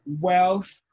wealth